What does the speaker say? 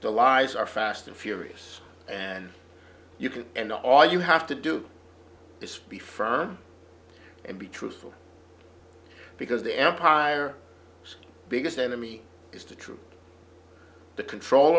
the lies are fast and furious and you can and all you have to do this be firm and be truthful because the empire biggest enemy is to true the control